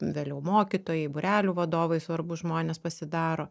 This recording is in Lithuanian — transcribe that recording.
vėliau mokytojai būrelių vadovai svarbūs žmonės pasidaro